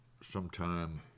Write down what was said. sometime